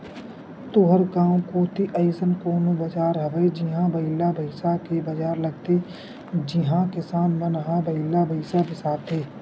तुँहर गाँव कोती अइसन कोनो बजार हवय जिहां बइला भइसा के बजार लगथे जिहां किसान मन ह बइला भइसा बिसाथे